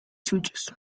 suyos